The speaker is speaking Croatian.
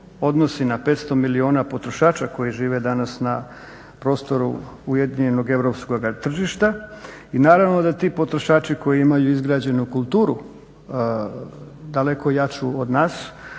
na 500 milijuna potrošača koji žive danas na prostoru ujedinjenog europskog tržišta i naravno da ti potrošači koji imaju izgrađenu kulturu daleko jaču od nas,